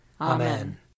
Amen